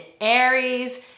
aries